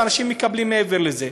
ואנשים מקבלים מעבר לזה.